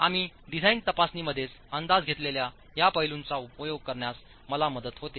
आम्ही डिझाइन तपासणीमध्येच अंदाज घेतलेल्या या पैलूंचा उपयोग करण्यास मला मदत होते